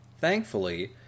Thankfully